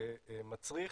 שמצריך